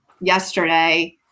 yesterday